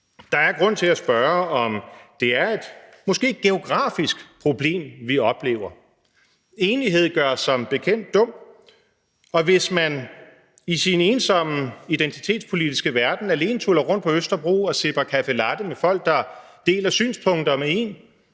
Der er grund til at spørge, om det måske er et geografisk problem, vi oplever. Enighed gør som bekendt dum, og hvis man i sin ensomme identitetspolitiske verden alene tulrer rundt på Østerbro og sipper caffe latte med folk, der deler synspunkter med en